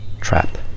trap